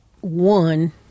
one